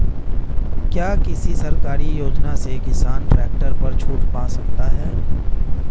क्या किसी सरकारी योजना से किसान ट्रैक्टर पर छूट पा सकता है?